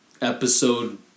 episode